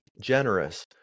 generous